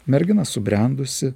mergina subrendusi